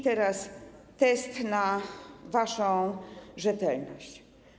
Teraz test na waszą rzetelność.